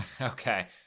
Okay